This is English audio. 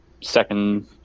second